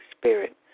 Spirit